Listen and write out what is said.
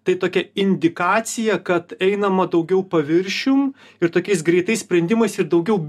tai tokia indikacija kad einama daugiau paviršium ir tokiais greitais sprendimais ir daugiau